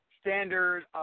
standard